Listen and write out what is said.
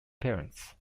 parents